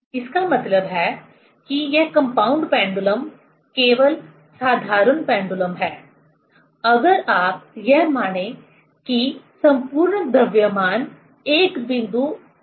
इसका मतलब है कि यह कंपाउंड पेंडुलम केवल साधारण पेंडुलम है अगर आप यह माने की कि संपूर्ण द्रव्यमान एक बिंदु O पर केंद्रित है